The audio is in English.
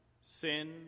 sin